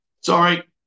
sorry